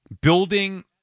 Building